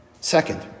Second